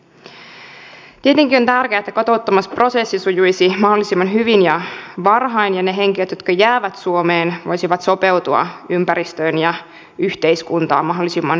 tietenkin on tärkeää että kotouttamisprosessi sujuisi mahdollisimman hyvin ja varhain ja ne henkilöt jotka jäävät suomeen voisivat sopeutua ympäristöön ja yhteiskuntaan mahdollisimman hyvin